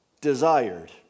desired